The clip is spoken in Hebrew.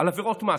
על עבירות מס.